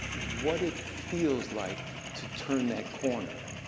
what it feels like to turn that corner,